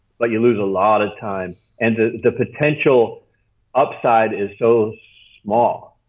but you lose a lot of time. and the the potential upside is so small,